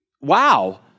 wow